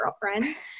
girlfriends